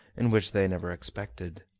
and which they never expected.